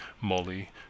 Molly